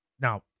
now